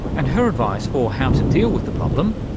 and her advice for how to deal with the problem?